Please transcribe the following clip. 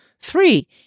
Three